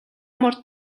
мөр